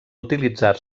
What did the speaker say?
utilitzar